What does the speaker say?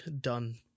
done